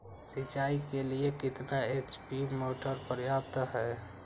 सिंचाई के लिए कितना एच.पी मोटर पर्याप्त है?